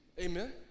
Amen